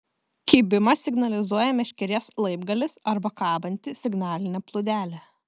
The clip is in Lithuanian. kibimą signalizuoja meškerės laibgalis arba kabanti signalinė plūdelė